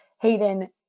Hayden